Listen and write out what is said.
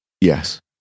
Yes